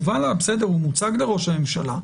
בסדר, הוא מוצג לראש הממשלה.